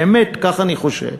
באמת כך אני חושב